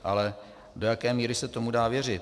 Ale do jaké míry se tomu dá věřit?